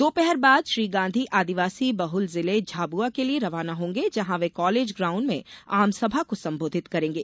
दोपहर बाद श्री गांधी आदिवासी बहल जिले झाबुआ के लिए रवाना होंगे जहां वे कालेज ग्राउण्ड में आमसभा को संबोधित करेंगे